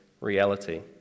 reality